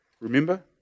remember